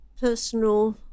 personal